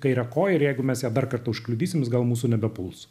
kairę koją ir jeigu męs ją dar kartą užkliudysim jis gal mūsų nebepuls